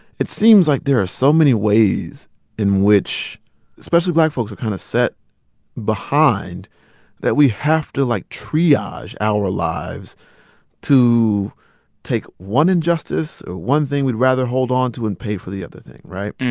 it seems like there are so many ways in which especially black folks are kind of set behind that we have to, like, triage our lives to take one injustice or one thing we'd rather hold on to and pay for the other thing, right?